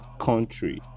Country